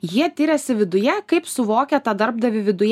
jie tiriasi viduje kaip suvokia tą darbdavį viduje